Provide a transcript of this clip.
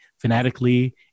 fanatically